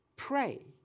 pray